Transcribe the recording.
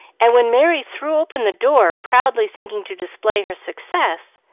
and when merry threw open the door proudly thinking to display her success,